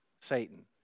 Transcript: Satan